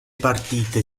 partite